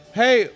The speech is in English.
hey